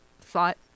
thought